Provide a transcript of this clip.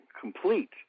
complete